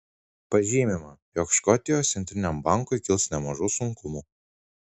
pažymima jog škotijos centriniam bankui kils nemažų sunkumų